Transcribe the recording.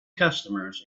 customers